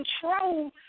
control